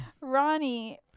Ronnie